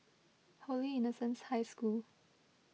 Holy Innocents' High School